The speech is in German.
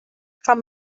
kann